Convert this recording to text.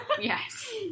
Yes